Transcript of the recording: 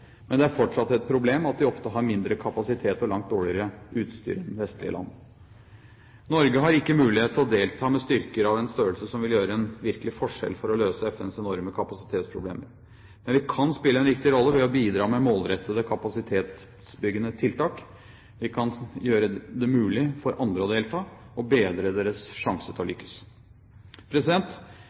men det er fortsatt et problem at de ofte har mindre kapasitet og langt dårligere utstyr enn vestlige land. Norge har ikke mulighet til å delta med styrker av en størrelse som vil gjøre en virkelig forskjell for å løse FNs enorme kapasitetsproblemer. Men vi kan spille en viktig rolle ved å bidra med målrettede kapasitetsbyggende tiltak. Vi kan gjøre det mulig for andre å delta og bedre deres sjanser til å lykkes.